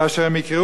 התוכניות,